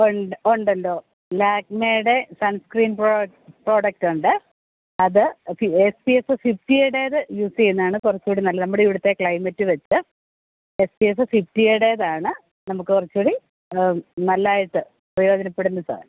ഉണ്ട് ഉണ്ടല്ലോ ലാക്മെയുടെ സൺസ്ക്രീൻ പ്രൊഡക്ടുണ്ട് അത് എസ് പി എസ് ഫിഫ്റ്റിയുടേത് യൂസ് ചെയ്യുന്നതാണ് കുറച്ചുകൂടി നല്ലത് നമ്മുടെ ഇവിടുത്തെ ക്ലൈമറ്റ് വച്ച് എസ് പി എസ് ഫിഫ്റ്റിയുടേതാണ് നമുക്ക് കുറച്ച് കൂടി നല്ലതായിട്ട് പ്രയോജനപ്പെടുന്ന സാധനം